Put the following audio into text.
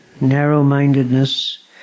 narrow-mindedness